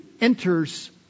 enters